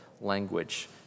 language